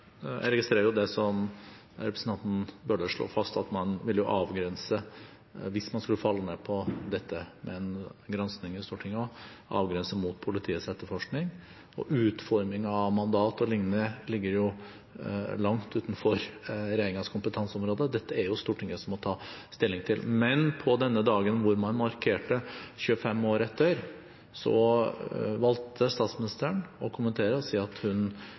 det som representanten Bøhler slo fast, at hvis man skulle falle ned på dette med en gransking også i Stortinget, vil man avgrense den mot politiets etterforskning. Utforming av mandat o.l. ligger langt utenfor regjeringens kompetanseområde, og dette er det Stortinget som må ta stilling til. Men på denne dagen, da man markerte 25 år etter, valgte statsministeren å kommentere det og si at